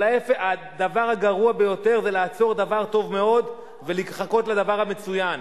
אבל הדבר הגרוע ביותר זה לעצור דבר טוב מאוד ולחכות לדבר המצוין.